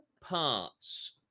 parts